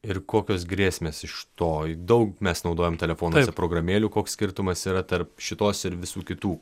ir kokios grėsmės iš to daug mes naudojame telefoną ir programėlių koks skirtumas yra tarp šitos ir visų kitų